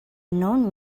known